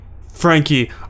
Frankie